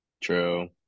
True